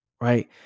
right